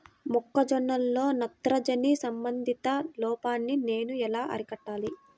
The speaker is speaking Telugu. మొక్క జొన్నలో నత్రజని సంబంధిత లోపాన్ని నేను ఎలా అరికట్టాలి?